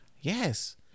Yes